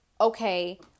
okay